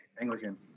Anglican